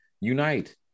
unite